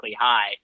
high